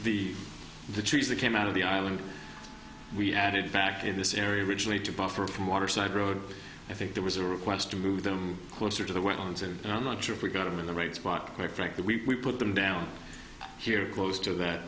the the trees that came out of the island we added back in this area originally to buffer from waterside road i think there was a request to move them closer to the wetlands and i'm not sure if we got them in the right spot quick fact that we put them down here close to that